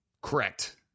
correct